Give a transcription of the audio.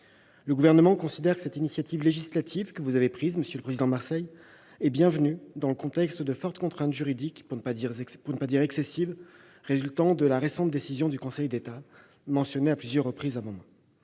Le Gouvernement considère que l'initiative législative que vous avez prise, monsieur le président Marseille, est bienvenue dans le contexte de fortes contraintes juridiques, pour ne pas dire excessives, résultant de la récente décision du Conseil d'État, qui a été mentionnée à plusieurs reprises. Il est